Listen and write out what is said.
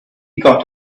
got